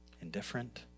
Indifferent